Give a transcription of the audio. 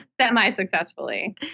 semi-successfully